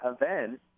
event